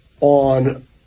on